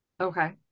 Okay